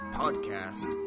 podcast